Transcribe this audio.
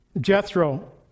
Jethro